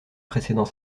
précédant